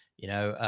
you know,